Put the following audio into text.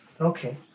Okay